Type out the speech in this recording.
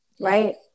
Right